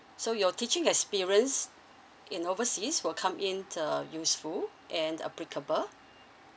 so your teaching experience in overseas will come in the useful and applicable